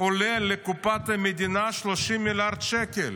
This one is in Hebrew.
עולה לקופת המדינה 30 מיליארד שקל.